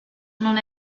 non